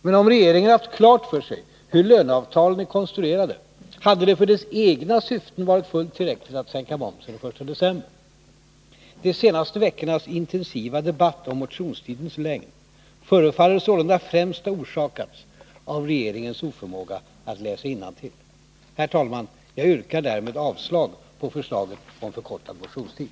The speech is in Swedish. Men om regeringen haft klart för sig hur löneavtalen är konstruerade, hade det för dess egna syften varit fullt tillräckligt att sänka momsen den 1 december. De senaste veckornas intensiva debatt om motionstidens längd förefaller sålunda främst ha orsakats av regeringens oförmåga att läsa innantill. Herr talman! Jag yrkar därmed avslag på förslaget om förkortad motionstid.